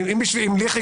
(היו"ר שמחה